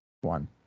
one